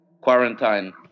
quarantine